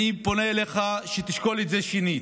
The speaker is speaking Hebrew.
אני פונה אליך שתשקול שנית